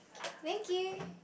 thank you